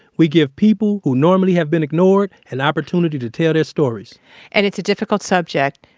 we give people who normally have been ignored, an opportunity to tell their stories and it's a difficult subject.